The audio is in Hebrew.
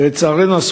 לצערנו,